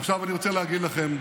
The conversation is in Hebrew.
עכשיו אני רוצה להגיד לכם,